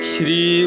Shri